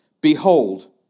Behold